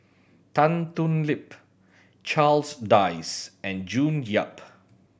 Tan Thoon Lip Charles Dyce and June Yap